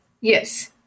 Yes